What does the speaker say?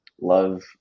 love